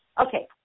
Okay